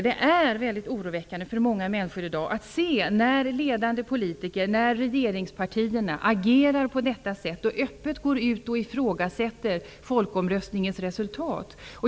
Det är mycket oroväckande för många människor i dag att se att ledande politiker och regeringspartierna agerar på detta sätt och öppet ifrågasätter folkomröstningens resultat.